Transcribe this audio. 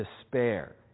despair